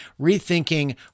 Rethinking